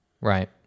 Right